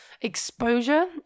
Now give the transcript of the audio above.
exposure